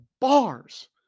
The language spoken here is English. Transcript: bars